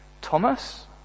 Thomas